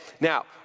Now